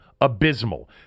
Abysmal